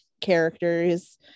characters